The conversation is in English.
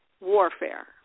warfare